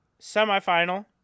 semifinal